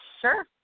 Sure